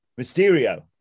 Mysterio